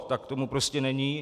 Tak tomu prostě není.